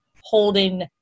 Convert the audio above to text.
holding